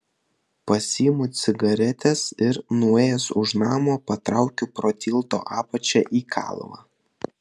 pasiimu cigaretes ir nuėjęs už namo patraukiu pro tilto apačią į kalvą